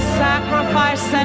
sacrifice